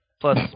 Plus